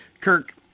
Kirk